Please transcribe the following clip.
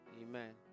Amen